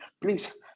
Please